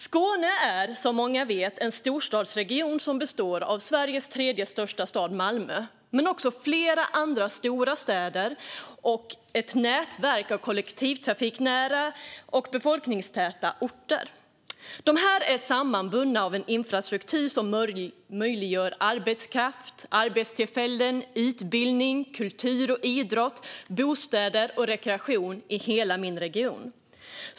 Skåne är, som många vet, en storstadsregion som består av Sveriges tredje största stad Malmö men också av flera andra stora städer och ett nätverk av kollektivtrafiknära och befolkningstäta orter. De är sammanbundna av en infrastruktur som möjliggör arbetskraft, arbetstillfällen, utbildning, kultur och idrott, bostäder samt rekreation i hela min region.